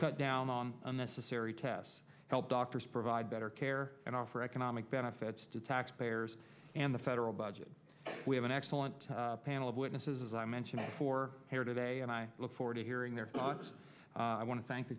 cut down on unnecessary tests help doctors provide better care and offer economic benefits to taxpayers and the federal budget we have an excellent panel of witnesses as i mentioned before here today and i look forward to hearing their thoughts i want to thank the